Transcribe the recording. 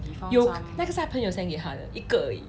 有那个是他朋友 send 给他的一个而已